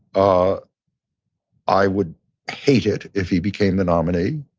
ah i would hate it if he became the nominee.